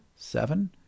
seven